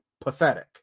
pathetic